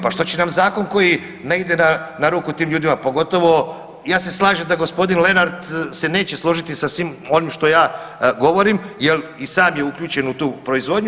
Pa što će nam zakon koji ne ide na ruku tim ljudima pogotovo ja se slažem da gospodin Lenart se neće složiti sa svim onim što ja govorim, jer i sam je uključen u tu proizvodnju.